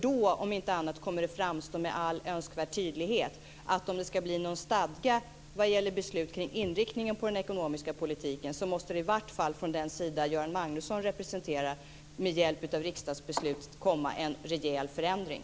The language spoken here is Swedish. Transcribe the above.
Då, om inte annars, kommer det nämligen att framstå med all önskvärd tydlighet att om det ska bli någon stadga vad gäller beslut kring inriktningen på den ekonomiska politiken så måste det i varje fall från den sida Göran Magnusson representerar med hjälp av riksdagsbeslut komma en rejäl förändring.